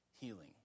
healing